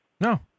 No